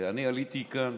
עליתי כאן